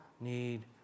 need